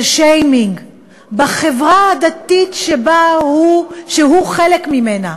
של שיימינג, בחברה הדתית, שהוא חלק ממנה.